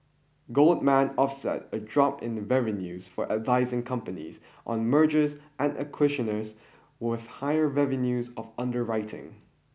Goldman offset a drop in the revenues for advising companies on mergers and acquisitions with higher revenues of underwriting